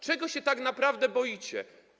Czego się tak naprawdę boicie?